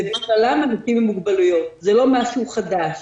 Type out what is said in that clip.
ובכללם אנשים עם מוגבלויות, זה לא דבר חדש.